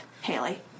Haley